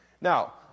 Now